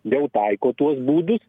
jau taiko tuos būdus